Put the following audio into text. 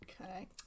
okay